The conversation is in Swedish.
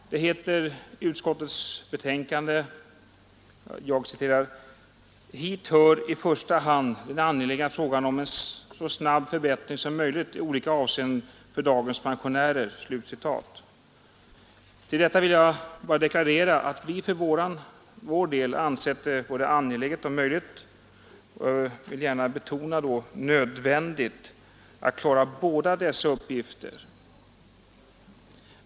I sitt betänkande nr 2 i år över motionen om sänkt pensionsålder anförde utskottet: ”Hit hör i första hand den angelägna frågan om en så snabb förbättring som möjligt i olika avseenden för dagens pensionärer.” Till detta vill jag bara deklarera att vi för vår del ansett det angeläget, möjligt och — det vill jag särskilt betona — nödvändigt att klara båda dessa uppgifter.